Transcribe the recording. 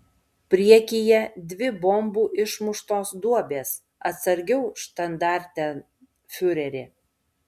priekyje dvi bombų išmuštos duobės atsargiau štandartenfiureri